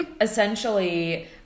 essentially